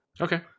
Okay